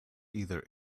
either